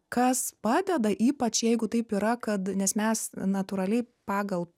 kas padeda ypač jeigu taip yra kad nes mes natūraliai pagal